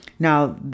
Now